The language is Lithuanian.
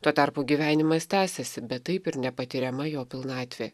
tuo tarpu gyvenimas tęsiasi bet taip ir nepatiriama jo pilnatvė